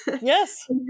Yes